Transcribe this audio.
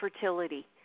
fertility